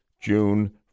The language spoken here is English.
June